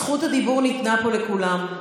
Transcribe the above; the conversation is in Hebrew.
זכות הדיבור ניתנה פה לכולם,